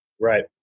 Right